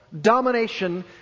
domination